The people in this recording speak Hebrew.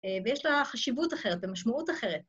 ויש לה חשיבות אחרת ומשמעות אחרת.